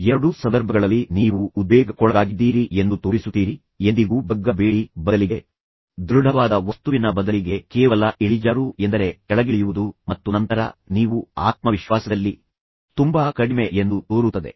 ಎರಡೂ ಸಂದರ್ಭಗಳಲ್ಲಿ ನೀವು ಉದ್ವೇಗಕ್ಕೊಳಗಾಗಿದ್ದೀರಿ ಎಂದು ತೋರಿಸುತ್ತೀರಿ ಎಂದಿಗೂ ಬಗ್ಗ ಬೇಡಿ ಬದಲಿಗೆ ದೃಢವಾದ ವಸ್ತುವಿನ ಬದಲಿಗೆ ಕೇವಲ ಇಳಿಜಾರು ಎಂದರೆ ಕೆಳಗಿಳಿಯುವುದು ಮತ್ತು ನಂತರ ನೀವು ಆತ್ಮವಿಶ್ವಾಸದಲ್ಲಿ ತುಂಬಾ ಕಡಿಮೆ ಎಂದು ತೋರುತ್ತದೆ